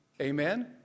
Amen